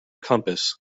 compass